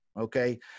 Okay